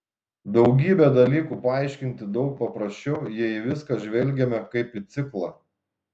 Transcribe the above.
daugybę dalykų paaiškinti daug paprasčiau jei į viską žvelgiame kaip į ciklą